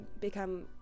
become